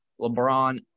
LeBron